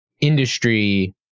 industry